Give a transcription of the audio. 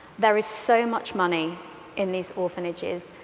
there is so much money in these orphanages,